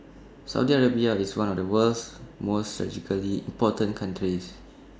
Saudi Arabia is one of the world's most important countries